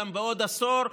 גם בעוד עשור,